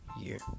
year